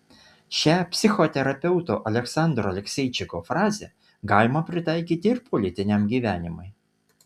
šią psichoterapeuto aleksandro alekseičiko frazę galima pritaikyti ir politiniam gyvenimui